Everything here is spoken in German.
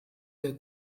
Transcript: der